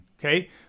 okay